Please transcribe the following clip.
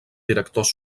directors